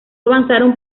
avanzaron